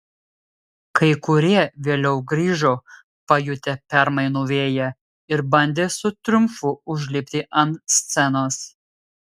kai kurie vėliau grįžo pajutę permainų vėją ir bandė su triumfu užlipti ant scenos